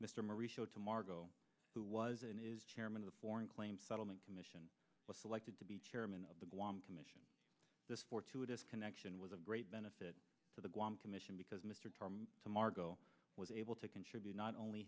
mr maree show to margo who was and is chairman of the foreign claims settlement commission was selected to be chairman of the guam commission this fortuitous connection was of great benefit to the guam commission because mr tom to margot was able to contribute not only